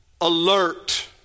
alert